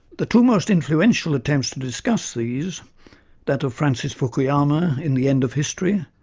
the two most influential attempts to discuss these that of francis fukuyama in the end of history?